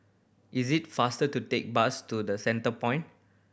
is it faster to take the bus to The Centrepoint